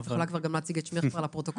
את יכולה גם להציג את שמך כבר לפרוטוקול,